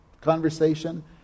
conversation